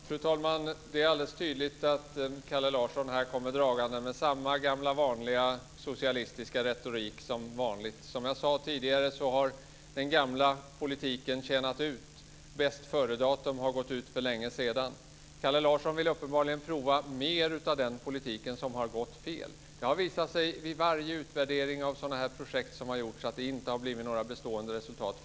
Fru talman! Det är alldeles tydligt att Kalle Larsson kommer dragande med samma gamla vanliga socialistiska retorik. Som jag sade tidigare har den gamla politiken tjänat ut. Bästföredatum har gått ut för länge sedan. Kalle Larsson vill uppenbarligen prova mer av den politik som har gått fel. Det har visat sig vid varje utvärdering av sådana här projekt som har gjorts att det inte har blivit några bestående resultat.